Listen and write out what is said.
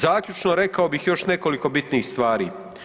Zaključno rekao bih još nekoliko bitnih stvari.